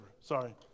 sorry